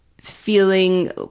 feeling